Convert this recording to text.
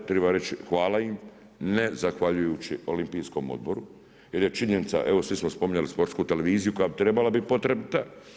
Treba reći hvala im ne zahvaljujući Olimpijskom odboru jer je činjenica, evo svi smo spominjali sportsku televiziju koja bi trebala biti potrebita.